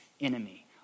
enemy